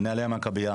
מנהלי המכביה.